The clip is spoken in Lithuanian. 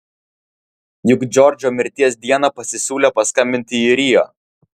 juk džordžo mirties dieną pasisiūlė paskambinti į rio